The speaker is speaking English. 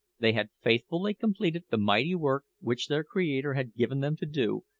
they had faithfully completed the mighty work which their creator had given them to do,